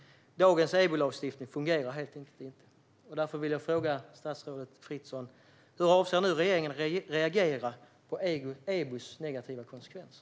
Dagens EBO-lagstiftning fungerar helt enkelt inte, och därför vill jag fråga statsrådet Fritzon: Hur avser regeringen att reagera på EBO:s negativa konsekvenser?